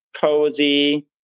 cozy